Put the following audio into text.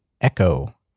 Echo